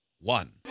one